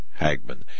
Hagman